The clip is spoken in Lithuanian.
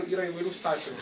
yra įvairių situacijų